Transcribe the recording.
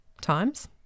times